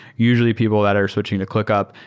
usually people that are switching to clickup.